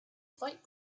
fight